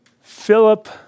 Philip